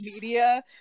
media